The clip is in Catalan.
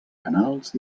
canals